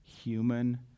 human